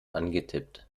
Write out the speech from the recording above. angetippt